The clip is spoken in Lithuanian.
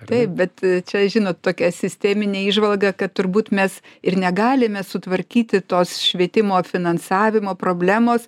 taip bet čia žinot tokia sisteminė įžvalga kad turbūt mes ir negalime sutvarkyti tos švietimo finansavimo problemos